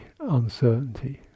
uncertainty